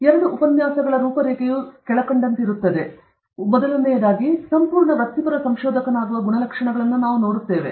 ಆದ್ದರಿಂದ ಎರಡು ಉಪನ್ಯಾಸಗಳ ರೂಪರೇಖೆಯು ಕೆಳಕಂಡಂತಿರುತ್ತದೆ ಮೊದಲನೆಯದಾಗಿ ಸಂಪೂರ್ಣ ವೃತ್ತಿಪರ ಸಂಶೋಧಕನಾಗುವ ಗುಣಲಕ್ಷಣಗಳನ್ನು ನಾವು ನೋಡುತ್ತೇವೆ